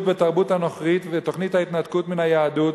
בתרבות הנוכרית ובתוכנית ההתנתקות מן היהדות,